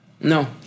No